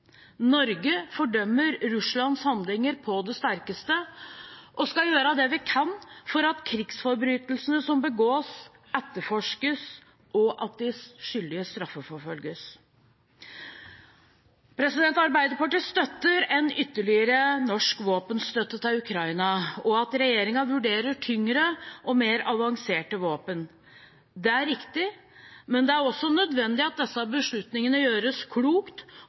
Norge fordømmer Russlands handlinger på det sterkeste og skal gjøre det vi kan for at krigsforbrytelsene som begås, etterforskes, og at de skyldige straffeforfølges. Arbeiderpartiet støtter en ytterligere norsk våpenstøtte til Ukraina og at regjeringen vurderer tyngre og mer avanserte våpen. Det er riktig, men det er også nødvendig at disse beslutningene gjøres klokt,